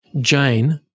Jane